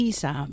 Isa